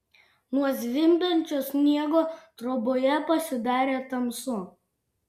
nuo zvimbiančio sniego troboje pasidarė tamsu